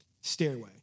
stairway